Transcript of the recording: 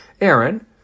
Aaron